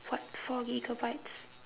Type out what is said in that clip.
what four gigabytes